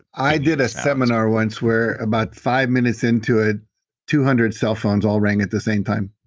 i did a seminar once we're about five minutes into it two hundred cell phones all rang at the same time.